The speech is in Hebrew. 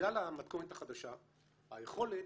בגלל המתכונת החדשה היכולת,